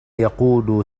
يقود